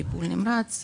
טיפול נמרץ,